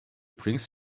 brings